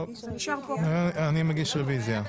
אני מגיש רביזיה.